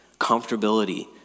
Comfortability